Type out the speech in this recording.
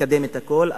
לקדם את הכול.